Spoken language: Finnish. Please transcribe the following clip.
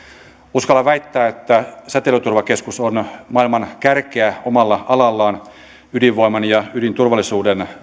uskallan väittää että säteilyturvakeskus on maailman kärkeä omalla alallaan ydinvoiman ja ydinturvallisuuden